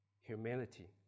humility